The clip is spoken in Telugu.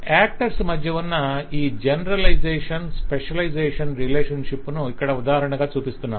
యాక్టర్స్ మధ్య ఉన్న ఈ జనరలైజేషన్ స్పెషలైజేషన్ రిలేషన్షిప్ ను ఇక్కడ ఉదాహరణగా చూపిస్తున్నాం